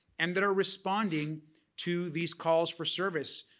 and that are responding to these calls for service.